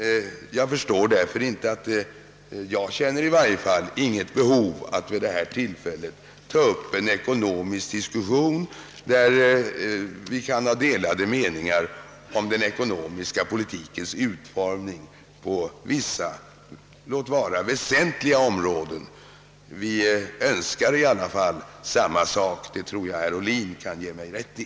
Jag känner emellertid inget behov av att vid detta tillfälle ta upp en ekonomisk diskussion, där vi framför delade meningar om den ekonomiska politikens utformning på vissa, låt vara väsentliga områden. Vi önskar i alla fall samma sak — det tror jag att herr Ohlin kan ge mig rätt i.